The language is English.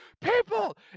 people